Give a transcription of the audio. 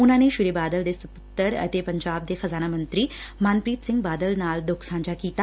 ਉਨੂਂ ਨੇ ਸ੍ਰੀ ਬਾਦਲ ਦੇ ਪੂੱਤਰ ਅਤੇ ਪੰਜਾਬ ਦੇ ਖ਼ਜ਼ਾਨਾ ਮੰਤਰੀ ਮਨਪ੍ਰੀਤ ਸਿੰਘ ਬਾਦਲ ਨਾਲ ਦੁੱਖ ਸਾਂਝਾ ਕੀਤਾ